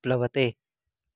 प्लवते